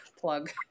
plug